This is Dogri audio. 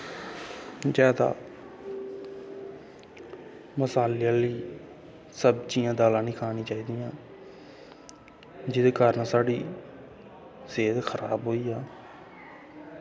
जैदा मसाले आह्लियां सब्जियां दालां नेईं खानियां चाहि दियां जेह्दे कारण साढ़ी सेह्त खराब होई जाऽ